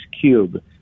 Cube